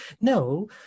no